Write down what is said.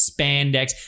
spandex